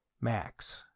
Max